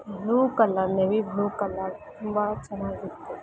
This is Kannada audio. blue colour navy blue colour ತುಂಬ ಚೆನ್ನಾಗಿತ್ತು